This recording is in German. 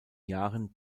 jahren